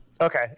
Okay